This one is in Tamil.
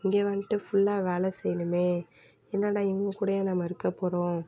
இங்கே வந்துட்டு ஃபுல்லாக வேலை செய்யணுமே என்னடா இவங்க கூடவா நம்ம இருக்கப் போகிறோம்